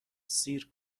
سیر